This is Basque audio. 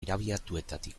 irabiatuetatik